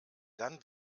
dann